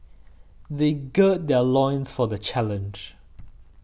they gird their loins for the challenge